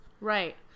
Right